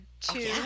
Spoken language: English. two